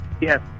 Yes